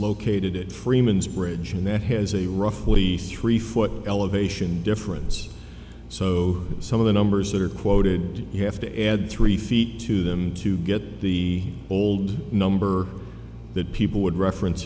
located freeman's bridge that has a roughly three foot elevation difference so some of the numbers that are quoted you have to add three feet to them to get the old number that people would reference